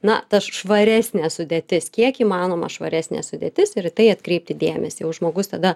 na ta švaresnė sudėtis kiek įmanoma švaresnė sudėtis ir į tai atkreipti dėmesį jau žmogus tada